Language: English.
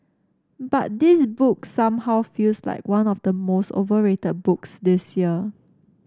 but this book somehow feels like one of the most overrated books this year